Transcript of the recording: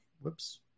whoops